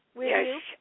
Yes